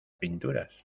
pinturas